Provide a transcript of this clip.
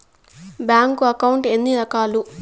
bank account ఎన్ని రకాలు